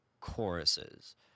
choruses